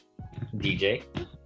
DJ